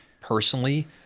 personally